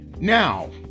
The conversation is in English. Now